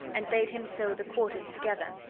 and bade him sew the quarters together,